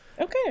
Okay